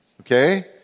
okay